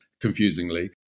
confusingly